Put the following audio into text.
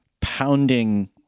pounding